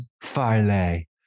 Farley